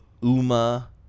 Uma